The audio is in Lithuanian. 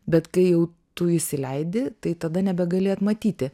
bet kai jau tu įsileidi tai tada nebegali atmatyti